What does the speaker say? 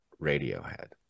radiohead